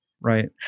right